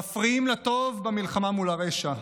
מפריעים לטוב במלחמה מול הרשע,